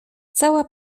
cała